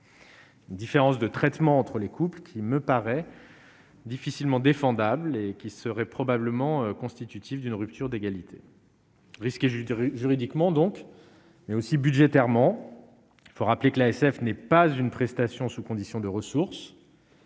Différence de traitement entre les couples qui me paraît difficilement défendable et qui serait probablement constitutif d'une rupture d'égalité risqué, je dirais, juridiquement, donc, mais aussi budgétairement, il faut rappeler que l'ASF n'est pas une prestation sous conditions de ressources.